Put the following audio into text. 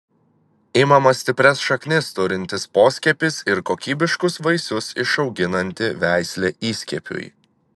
imamas stiprias šaknis turintis poskiepis ir kokybiškus vaisius išauginanti veislė įskiepiui